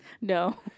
No